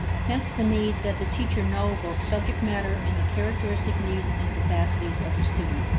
hence the need that the teacher know both subject matter and the characteristic needs and capacities of the student.